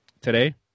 Today